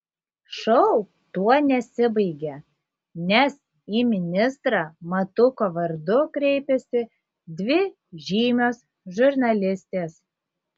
šou tuo nesibaigia nes į ministrą matuko vardu kreipiasi dvi žymios žurnalistės